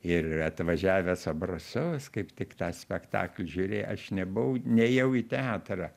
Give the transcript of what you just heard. ir atvažiavęs obrosovas kaip tik tą spektaklį žiūrėjo aš nebuvau nėjau į teatrą